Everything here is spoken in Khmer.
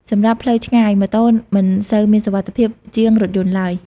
សម្រាប់ផ្លូវឆ្ងាយ ម៉ូតូ មិនសូវមានសុវត្ថិភាព ជាងរថយន្តឡើយ។